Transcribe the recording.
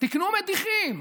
תקנו מדיחים,